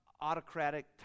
autocratic